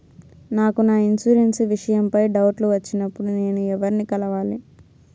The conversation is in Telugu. నాకు నా ఇన్సూరెన్సు విషయం పై డౌట్లు వచ్చినప్పుడు నేను ఎవర్ని కలవాలి?